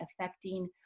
affecting